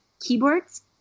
keyboards